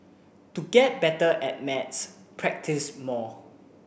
to get better at maths practice more